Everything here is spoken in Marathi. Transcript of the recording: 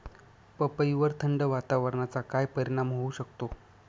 पपईवर थंड वातावरणाचा काय परिणाम होऊ शकतो?